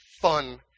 fun